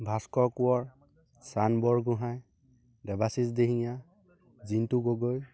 Bhaskar Konwar Chan Borgohain Debashish Dihingia Jintu Gogoi